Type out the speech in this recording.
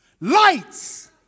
Lights